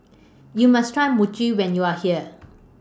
YOU must Try Mochi when YOU Are here